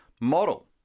model